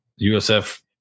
USF